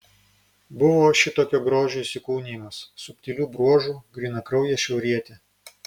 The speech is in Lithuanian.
buvo šitokio grožio įsikūnijimas subtilių bruožų grynakraujė šiaurietė